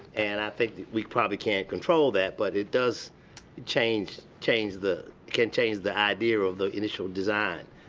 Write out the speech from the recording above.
and i think we probably can't control that, but it does change change the can change the idea of the initial design.